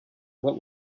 what